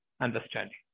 understanding